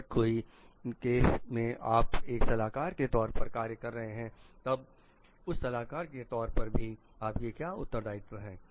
अगर कई केस में आप एक सलाहकार के तौर पर कार्य कर रहे हैं तब उस सलाहकार के तौर पर भी आपके क्या उत्तरदायित्व हैं